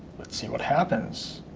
let's see what happens.